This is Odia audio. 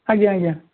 ଆଜ୍ଞା ଆଜ୍ଞା